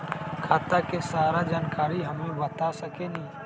खाता के सारा जानकारी हमे बता सकेनी?